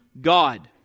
God